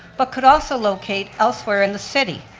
but could also locate elsewhere in the city.